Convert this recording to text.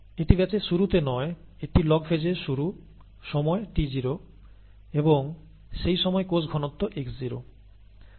এটি ব্যাচের শুরু নয় এটি লগ ফেজের শুরু সময় t0 এবং সেই সময় কোষ ঘনত্ব x0